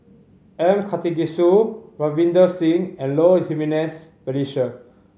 M Karthigesu Ravinder Singh and Low Jimenez Felicia